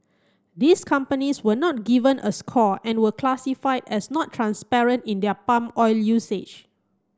these companies were not given a score and were classified as not transparent in their palm oil usage